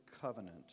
covenant